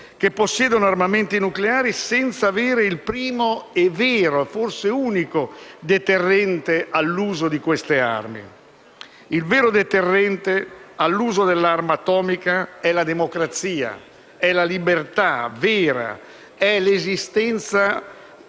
che possiedono armamenti nucleari senza avere il primo vero e unico deterrente al loro uso. Il vero deterrente all'uso dell'arma atomica sono la democrazia, la libertà vera, l'esistenza